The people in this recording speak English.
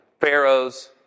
pharaohs